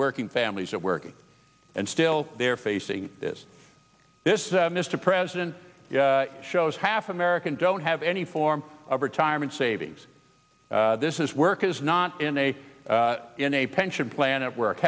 working families are working and still they're facing this this mr president show half americans don't have any form of retirement savings this is work is not in a in a pension plan at work